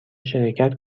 شرکت